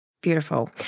Beautiful